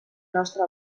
nostre